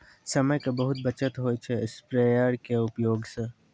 समय के बहुत बचत होय छै स्प्रेयर के उपयोग स